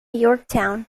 yorktown